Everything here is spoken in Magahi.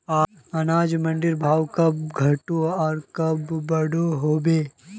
अनाज मंडीर भाव कब घटोहो आर कब बढ़ो होबे?